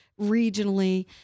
regionally